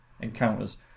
encounters